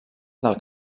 del